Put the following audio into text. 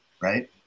right